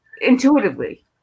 intuitively